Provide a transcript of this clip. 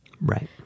Right